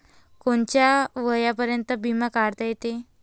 कोनच्या वयापर्यंत बिमा काढता येते?